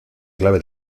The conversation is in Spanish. clave